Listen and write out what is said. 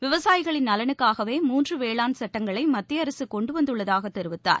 விவசாயிகளின் நலனுக்காகவே மூன்று வேளாண் சட்டங்களை மத்திய அரசு கொண்டு வந்துள்ளதாக தெரிவித்தார்